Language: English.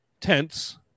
tents